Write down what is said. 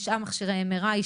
תשעה מכשירי MRI,